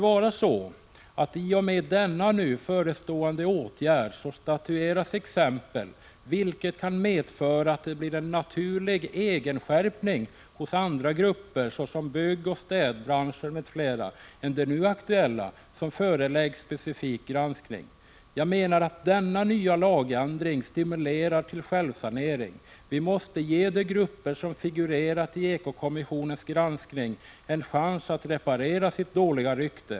I och med denna nu förestående åtgärd statueras exempel, vilket kan medföra att det blir en naturlig ”egenskärpning” hos andra grupper — såsom byggoch städbranschen m.fl. — än dem som nu är aktuella för en specifik granskning. Jag menar att denna nya lagändring stimulerar till självsanering. Vi måste ge de grupper som figurerat i ekokommissionens granskning en chans att reparera sitt dåliga rykte.